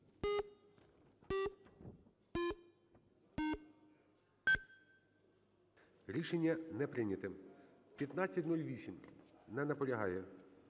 Рішення не прийнято. 1508. Не наполягає.